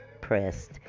pressed